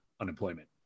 unemployment